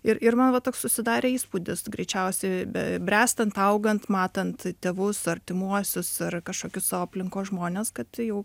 ir ir man va toks susidarė įspūdis greičiausiai be bręstant augant matant tėvus artimuosius ar kažkokius savo aplinkos žmones kad jau